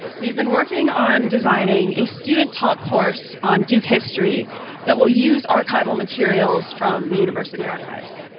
we've been working on designing a student taught course on duke history that will use archival materials from the university archives.